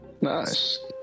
nice